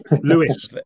Lewis